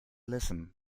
listen